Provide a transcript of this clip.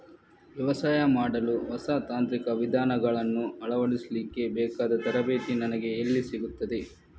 ವ್ಯವಸಾಯ ಮಾಡಲು ಹೊಸ ತಾಂತ್ರಿಕ ವಿಧಾನಗಳನ್ನು ಅಳವಡಿಸಲಿಕ್ಕೆ ಬೇಕಾದ ತರಬೇತಿ ನನಗೆ ಎಲ್ಲಿ ಸಿಗುತ್ತದೆ?